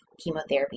chemotherapy